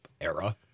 era